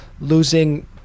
losing